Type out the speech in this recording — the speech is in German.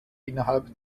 innerhalb